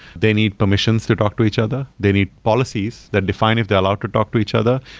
they need permissions to talk to each other. they need policies that define is they're allowed to talk to each other,